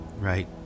right